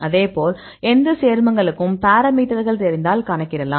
அதேபோல் எந்த சேர்மங்களுக்கும் பாராமீட்டர்கள் தெரிந்தால் கணக்கிடலாம்